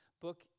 book